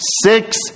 Six